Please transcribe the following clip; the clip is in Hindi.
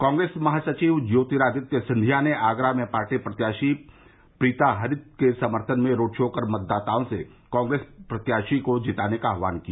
कांग्रेस महासचिव ज्योतिरादित्य सिंघिया ने आगरा में पार्टी प्रत्याशी प्रीता हरित के समर्थन में रोड शो कर मतदाताओं से कांग्रेस प्रत्याशी को जिताने का आहवान किया